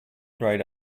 grayed